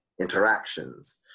interactions